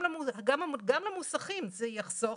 גם למוסכים זה יחסוך.